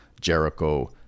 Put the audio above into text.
Jericho